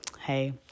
Hey